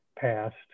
passed